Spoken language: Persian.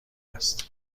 است